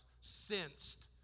sensed